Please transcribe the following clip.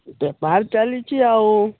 ବେପାର ଚାଲିଛି ଆଉ